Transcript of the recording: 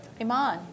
Iman